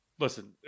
Listen